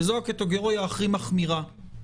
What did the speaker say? זאת הקטגוריה הכי מחמירה.